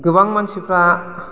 गोबां मानसिफ्रा